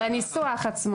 בניסוח עצמו.